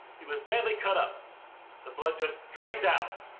he was badly cut up the blood just drained out.